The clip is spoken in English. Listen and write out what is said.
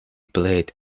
played